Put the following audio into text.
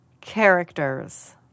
characters